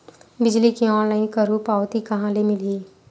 बिजली के ऑनलाइन करहु पावती कहां ले मिलही?